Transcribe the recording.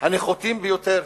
הנחותים ביותר.